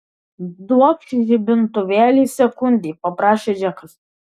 duokš žibintuvėlį sekundei paprašė džekas